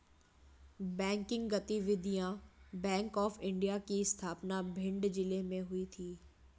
banking गतिविधियां bank of India की स्थापना भिंड जिले में हुई थी